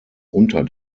unter